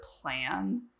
plan